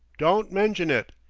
don't mention it.